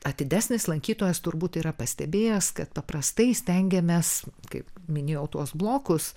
atidesnis lankytojas turbūt yra pastebėjęs kad paprastai stengiamės kaip minėjau tuos blokus